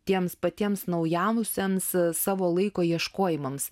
tiems patiems naujausiems savo laiko ieškojimams